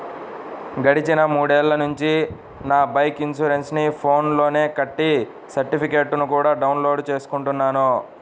గడిచిన మూడేళ్ళ నుంచి నా బైకు ఇన్సురెన్సుని ఫోన్ పే లో కట్టి సర్టిఫికెట్టుని కూడా డౌన్ లోడు చేసుకుంటున్నాను